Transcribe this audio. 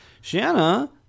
Shanna